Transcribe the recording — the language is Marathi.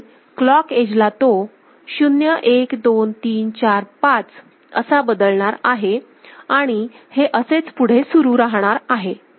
आणि क्लॉक एजला तो 0 1 2 3 4 5 असा बदलणार आहे आणि हे असेच पुढे सुरू राहणार आहे